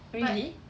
really